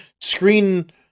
screen